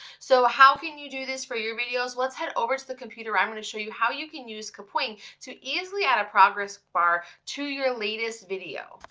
so how can you do this for your videos? let's head over to the computer where i'm gonna show you how you can use kapwing to easily add a progress bar to your latest video.